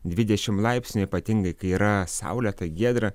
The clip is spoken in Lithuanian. dvidešim laipsnių ypatingai kai yra saulėta giedra